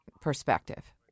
perspective